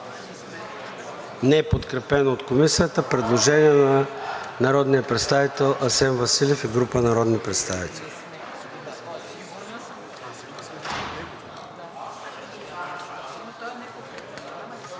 Неподкрепено от Комисията предложение на народния представител Асен Василев и група народни представители.